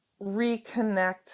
reconnect